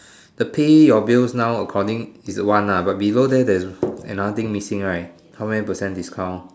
the pay your bills now according is one ah but below there there is another thing missing right how many percent discount